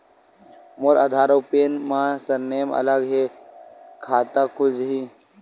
मोर आधार आऊ पैन मा सरनेम अलग हे खाता खुल जहीं?